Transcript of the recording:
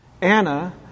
Anna